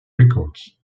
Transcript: records